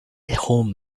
home